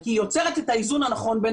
כי היא יוצרת את האיזון הנכון בין